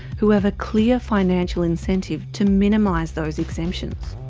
who have a clear financial incentive to minimise those exemptions.